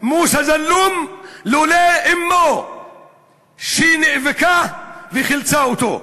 מוסא זלום, לולא אמו שנאבקה וחילצה אותו.